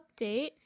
update